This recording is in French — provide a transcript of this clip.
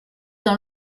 dans